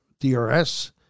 DRS